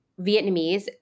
Vietnamese